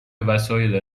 وسایل